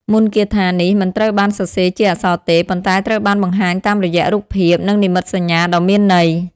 មន្តគាថានេះមិនត្រូវបានសរសេរជាអក្សរទេ ប៉ុន្តែត្រូវបានបង្ហាញតាមរយៈរូបភាព និងនិមិត្តសញ្ញាដ៏មានន័យ។